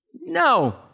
No